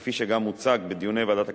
כפי שגם הוצג בדיוני ועדת הכלכלה,